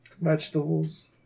Vegetables